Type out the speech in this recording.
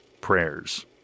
prayers